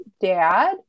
dad